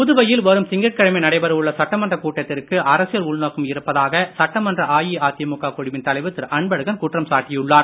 புதுவையில் வரும் திங்கட்கிழமை நடைபெறவுள்ள சட்டமன்ற கூட்டத்திற்கு அரசியல் உள்நோக்கம் இருப்பதாக சட்டமன்ற அஇஅதிமுக குழுவின் தலைவர் திரு அன்பழகன் குற்றம் சாட்டியுள்ளார்